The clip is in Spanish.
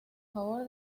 favor